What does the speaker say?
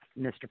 Mr